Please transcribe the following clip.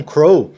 Crow